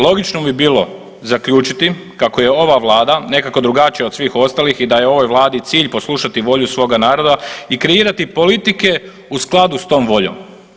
Logično bi bilo zaključiti kako je ova Vlada nekako drugačija od svih ostalih i da je ovoj Vladi cilj poslušati volju svoga naroda i kreirati politike u skladu s tom voljom.